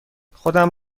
خودم